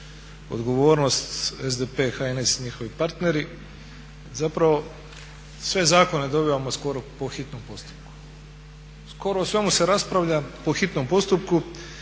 odgovornost SDP, HNS i njihovi partneri zapravo sve zakone dobivamo skoro po hitnom postupku. Skoro o svemu se raspravlja po hitnom postupku,